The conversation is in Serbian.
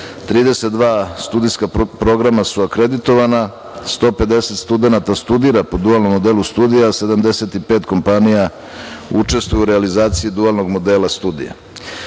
32 studentska programa su akreditovana, 150 studenata studira po dualnom modela studija, 75 kompanija učestvuje u realizaciji dualnog modela studija. Kada